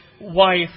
wife